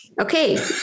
Okay